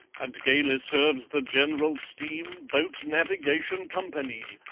and gaily serves the gen'ral steam boat navigation companee.